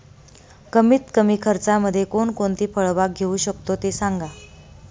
कमीत कमी खर्चामध्ये कोणकोणती फळबाग घेऊ शकतो ते सांगा